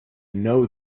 know